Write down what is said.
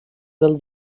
del